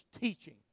teaching